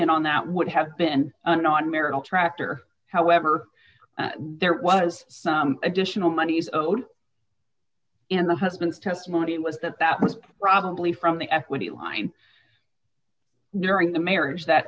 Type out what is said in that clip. in on that would have been a non marital tractor however there was some additional monies owed in the husband's testimony was that that was probably from the equity line during the marriage that